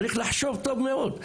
צריך לחשוב טוב מאוד.